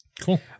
Cool